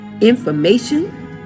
information